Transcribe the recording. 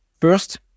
First